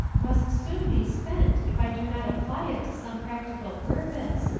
must soon be spent if i do not apply it to some practical purpose,